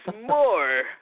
more